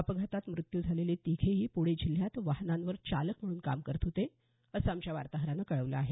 अपघातात मृत्यू झालेली तिघेही पुणे जिल्ह्यात वाहनांवर चालक म्हणून काम करत होते असं आमच्या वार्ताहरानं कळवलं आहे